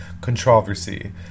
controversy